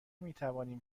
میتوانیم